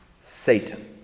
Satan